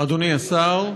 אדוני השר,